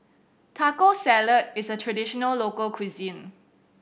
Taco Salad is a traditional local cuisine